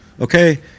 okay